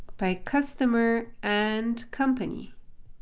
by customer and company.